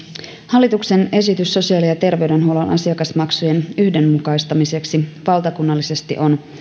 hallituksen esitys sosiaali ja terveydenhuollon asiakasmaksujen yhdenmukaistamiseksi valtakunnallisesti on